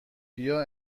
بیا